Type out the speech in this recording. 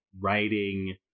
writing